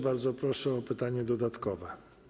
Bardzo proszę, pytanie dodatkowe.